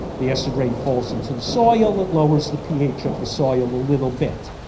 the acid rain falls into the soil it lowers the ph of the soil a little bit.